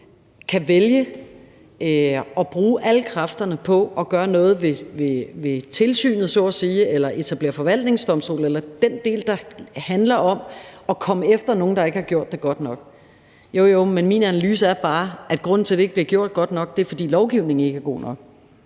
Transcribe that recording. her, vælge at bruge alle kræfterne på at gøre noget ved tilsynet så at sige eller etablere en forvaltningsdomstol – den del, der handler om at komme efter nogen, der ikke har gjort det godt nok – men min analyse er bare, at grunden til, det ikke bliver gjort godt nok, er, at lovgivningen ikke er god nok.